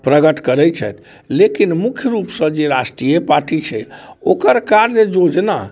प्रकट करै छथि लेकिन मुख्य रूपसँ जे राष्ट्रीय पार्टी छै ओकर कार्य योजना